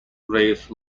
raise